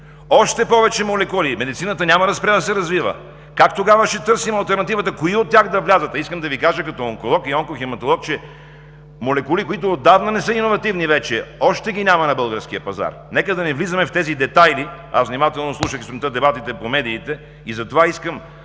Още повече молекули – медицината няма да спре да се развива. Как тогава ще търсим алтернативата кои от тях да влязат? Като онколог и онкохематолог искам да Ви кажа, че молекули, които отдавна не са иновативни, още ги няма на българския пазар, но нека да не влизаме в тези детайли. Внимателно слушах сутринта дебатите по медиите, затова искам